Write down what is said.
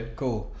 cool